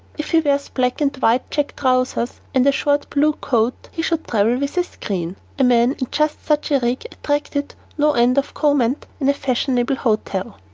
if he wears black and white check trousers and a short blue coat, he should travel with a screen. a man in just such a rig attracted no end of comment in a fashionable hotel.